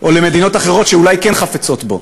או למדינות אחרות שאולי כן חפצות בו,